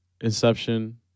Inception